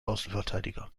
außenverteidiger